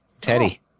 Teddy